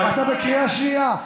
אתה בקריאה השנייה.